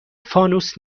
فانوس